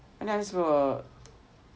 I think I'm just going to err